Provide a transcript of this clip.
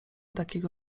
takiego